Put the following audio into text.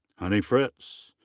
honey fritz.